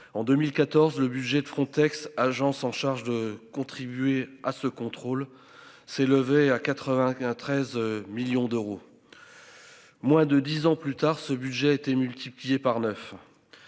En 2014 le budget de Frontex agence en charge de contribuer à ce contrôle s'élevait à 93. Millions d'euros. Moins de 10 ans plus tard, ce budget a été multiplié par 9.